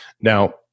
now